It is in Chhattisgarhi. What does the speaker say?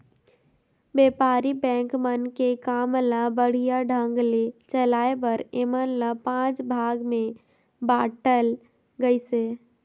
बेपारी बेंक मन के काम ल बड़िहा ढंग ले चलाये बर ऐमन ल पांच भाग मे बांटल गइसे